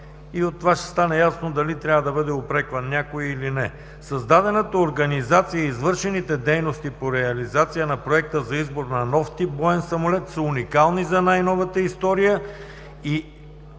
и от това ще стане ясно дали трябва да бъде упрекван някой или не. Създадената организация и извършените дейности по реализация на Проекта за избор на нов тип боен самолет са уникални за най-новата история